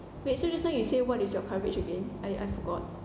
wait so just now you say what is your coverage again I I forgot